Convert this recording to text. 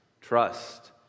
Trust